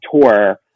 tour